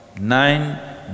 nine